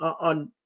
on